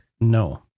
No